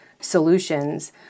solutions